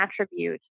attribute